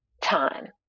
time